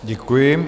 Děkuji.